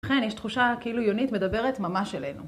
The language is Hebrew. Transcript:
לכן יש תחושה כאילו יונית מדברת ממש אלינו.